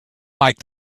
like